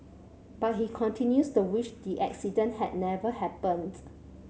but he continues to wish the accident had never happens